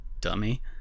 Dummy